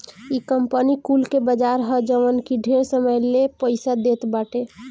इ कंपनी कुल के बाजार ह जवन की ढेर समय ले पईसा देत बाटे